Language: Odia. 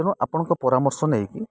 ତେଣୁ ଆପଣଙ୍କ ପରାମର୍ଶ ନେଇକି